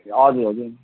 ए हजुर हजुर